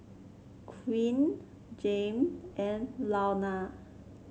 Quinn Jame and Launa